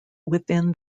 within